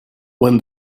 when